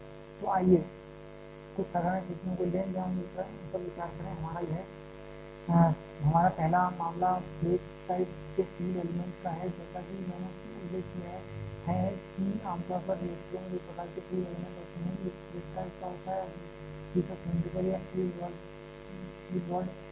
तो आइए कुछ साधारण स्थितियों को लें या उन पर विचार करें हमारा पहला मामला प्लेट टाइप के फ्यूल एलिमेंट का है जैसा कि मैंने उल्लेख किया है कि आमतौर पर रिएक्टरों में दो प्रकार के फ्यूल पैलेट होते हैं एक प्लेट टाइप का होता है और दूसरा सिलैंडरिकल या फ्यूल रॉड होता है